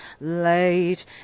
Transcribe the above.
late